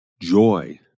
joy